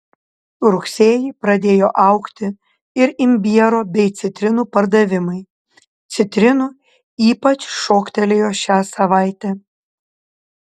rugsėjį pradėjo augti ir imbiero bei citrinų pardavimai citrinų ypač šoktelėjo šią savaitę